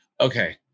okay